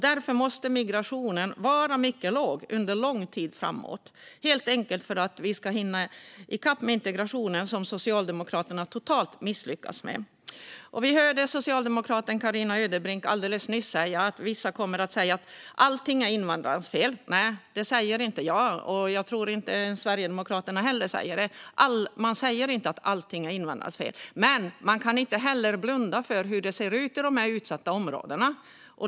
Därför måste migrationen vara mycket låg under lång tid framåt, helt enkelt för att vi ska hinna ikapp med integrationen, som Socialdemokraterna totalt misslyckats med. Vi hörde socialdemokraten Carina Ödebrink alldeles nyss säga att vissa kommer att säga att allting är invandrarnas fel. Nej, det säger inte jag. Jag tror inte heller att Sverigedemokraterna säger det. Man säger inte att allting är invandrarnas fel, men man kan inte heller blunda för hur det ser ut i de utsatta områdena.